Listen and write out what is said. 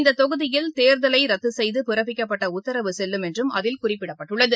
இந்த தொகுதியில் தேர்தலை ரத்து செய்து பிறப்பிக்கப்பட்ட உத்தரவு செல்லும் என்றும் அதில் குறிப்பிடப்பட்டுள்ளது